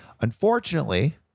Unfortunately